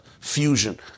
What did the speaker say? fusion